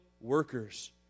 workers